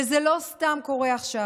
וזה לא סתם קורה עכשיו,